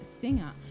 singer